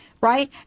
Right